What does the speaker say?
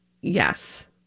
Yes